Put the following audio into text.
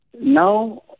now